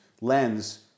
lens